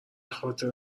خاطر